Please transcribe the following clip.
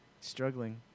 Struggling